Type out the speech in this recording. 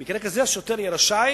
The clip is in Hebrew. במקרה כזה השוטר יהיה רשאי